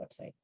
website